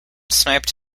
sniped